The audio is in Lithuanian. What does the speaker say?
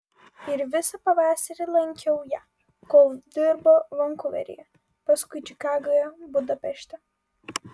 ir visą pavasarį lankiau ją kol dirbo vankuveryje paskui čikagoje budapešte